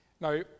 Now